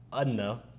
enough